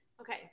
Okay